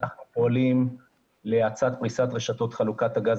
אנחנו פועלים להאצת פריסת רשתות חלוקת הגז